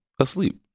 asleep